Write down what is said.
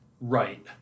right